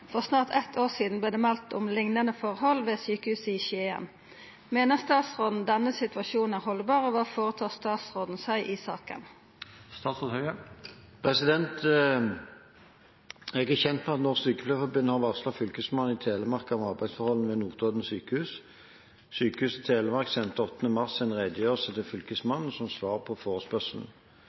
For snart ett år siden ble det meldt om liknende forhold ved sykehuset i Skien. Mener statsråden denne situasjonen er holdbar, og hva foretar statsråden seg i saken?» Jeg er kjent med at Norsk Sykepleierforbund har varslet Fylkesmannen i Telemark om arbeidsforholdene ved Notodden sykehus. Sykehuset Telemark sendte 8. mars en redegjørelse til Fylkesmannen som svar på